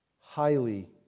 highly